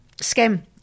Skim